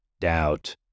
doubt